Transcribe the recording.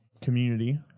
community